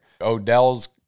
Odell's